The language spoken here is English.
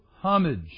homage